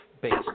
based